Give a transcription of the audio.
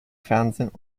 fernsehen